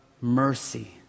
mercy